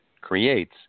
creates